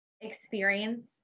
experience